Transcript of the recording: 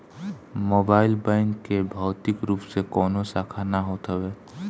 mobile bank के भौतिक रूप से कवनो शाखा ना होत हवे